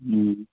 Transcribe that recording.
ꯎꯝ